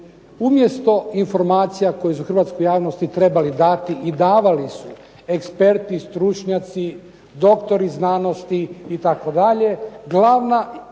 Umjesto informacija koje su Hrvatskoj javnosti trebali dati i davali su eksperti stručnjaci, doktori znanosti itd.,